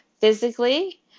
Physically